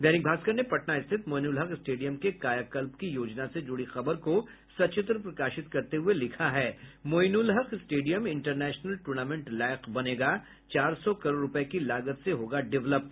दैनिक भास्कर ने पटना स्थित मोइनुलहक स्टेडियम के कायाकल्प की योजना से जुड़ी खबर को सचित्र प्रकाशित करते हुए लिखा है मोइनुलहक स्टेडियम इंटरनेशनल टूर्नामेंट लायक बनेगा चार सौ करोड़ रूपये की लागत से होगा डेवलप